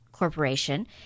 corporation